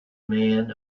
man